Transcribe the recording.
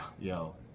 yo